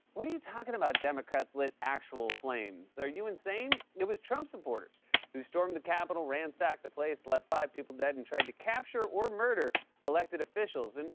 what are you talking about, democrats lit actual flames? are you insane? it was trump supporters who stormed the capitol, ransacked the place, left five people dead, and tried to capture or murder elected officials. and